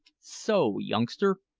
so, youngster,